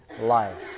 life